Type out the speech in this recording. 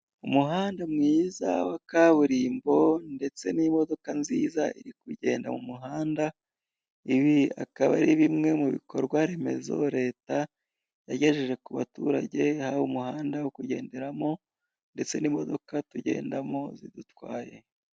umuhanda mwiza wa kaburimbo ndetse n'imodoka nziza iri kugenda mumuhanda, ibi bikaba ari bimwe mubikorwa remezo leta yagejeje kubaturage yaba umuhanda wo kunderamo, ndetse imodoka yo kugenderamo zidutwaye.